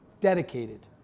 Dedicated